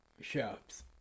shops